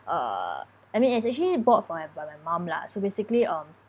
err I mean it's actually bought for my by my mum lah so basically um